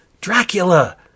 Dracula